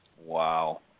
Wow